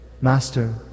master